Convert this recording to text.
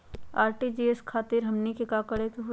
RTGS करे खातीर हमनी के का करे के हो ई?